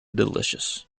delicious